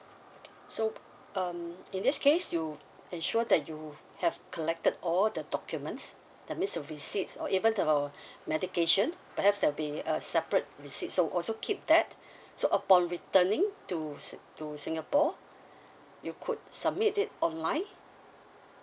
okay so um in this case you ensure that you have collected all the documents that means your receipts or even the medication perhaps there'll be a separate visit so also keep that so upon returning to s~ to singapore you could submit it online